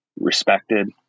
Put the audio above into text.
respected